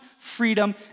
freedom